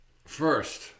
First